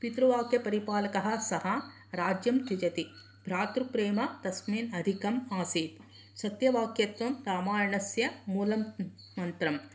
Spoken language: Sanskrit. पितृवाक्यपरिपालकः सः राज्यं त्यजति भातृप्रेम तस्मिन् अधिकम् आसीत् सत्यवाक्यत्वं रामायणस्य मूलं मन्त्रं